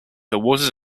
awarded